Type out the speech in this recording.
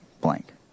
blank